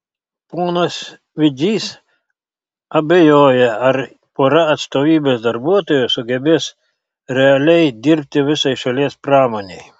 ponas vidžys abejoja ar pora atstovybės darbuotojų sugebės realiai dirbti visai šalies pramonei